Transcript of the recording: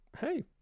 hey